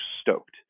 stoked